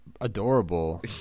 adorable